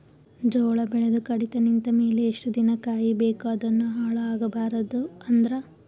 ಜೋಳ ಬೆಳೆದು ಕಡಿತ ನಿಂತ ಮೇಲೆ ಎಷ್ಟು ದಿನ ಕಾಯಿ ಬೇಕು ಅದನ್ನು ಹಾಳು ಆಗಬಾರದು ಅಂದ್ರ?